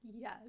Yes